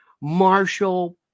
Marshall